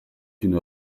une